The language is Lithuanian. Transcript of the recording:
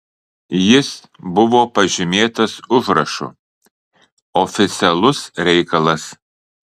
jis buvo pažymėtas užrašu oficialus reikalas